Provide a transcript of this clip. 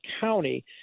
County